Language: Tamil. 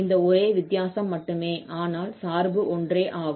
இந்த ஒரே வித்தியாசம் மட்டுமே ஆனால் சார்பு ஒன்றே ஆகும்